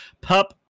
Pup